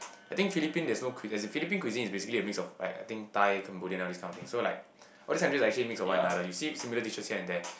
I think Philippines there is no cui~ Philippine cuisine is basically mix of like I think Thai Cambodian all this kind of things so like all these dishes are actually a mixture of one another you see similar dishes here and there